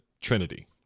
Trinity